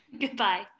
Goodbye